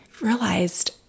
realized